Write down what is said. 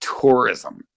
tourism